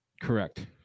Correct